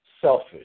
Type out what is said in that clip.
selfish